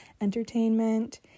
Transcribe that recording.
entertainment